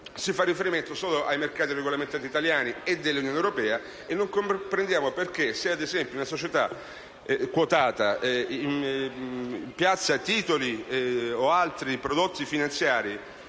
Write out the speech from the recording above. si faccia riferimento solo ai mercati regolamentati italiani e dell'Unione europea. Non capiamo perché se, ad esempio, una società quotata, che piazza titoli o altri prodotti finanziari